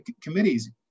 committees